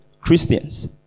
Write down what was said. Christians